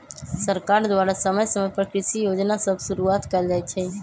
सरकार द्वारा समय समय पर कृषि जोजना सभ शुरुआत कएल जाइ छइ